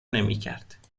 نمیکرد